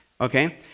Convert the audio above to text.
Okay